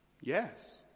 Yes